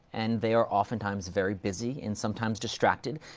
and they are oftentimes very busy, and sometimes distracted,